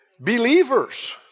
Believers